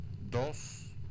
Dos